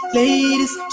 ladies